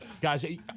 Guys